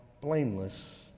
blameless